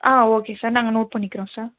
ஆ okay sir நாங்கள் note பண்ணிக்கிறோம் sir